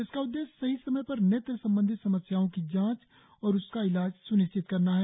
इसका उद्देश्य सही समय पर नेत्र संबंधी समस्याओं की जांच और उसका इलाज सु्निश्चित करना है